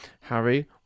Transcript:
Harry